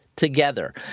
Together